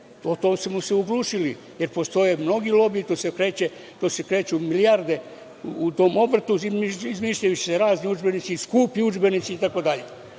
Na to smo se oglušili, jer postoje mnogi lobiji, kreću se milijarde u tom obrtu, izmišljaju se razni udžbenici, skupi udžbenici,